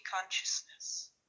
consciousness